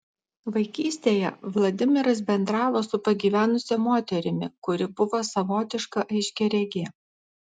vaikystėje vladimiras bendravo su pagyvenusia moterimi kuri buvo savotiška aiškiaregė